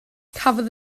cafodd